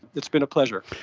it's been a pleasure.